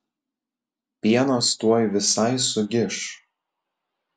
pienas tuoj visai sugiš